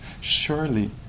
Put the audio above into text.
surely